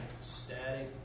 static